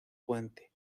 puente